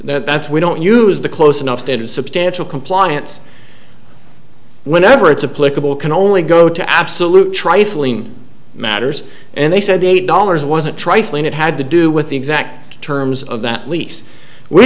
that's we don't use the close enough standard substantial compliance whenever it's a political can only go to absolute trifling matters and they said eight dollars wasn't trifling it had to do with the exact terms of that lease we